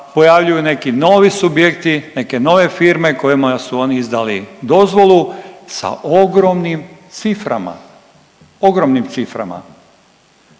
pojavljuju neki novi subjekti, neke nove firme kojima su oni izdali dozvolu sa ogromnim ciframa, ogromnim ciframa.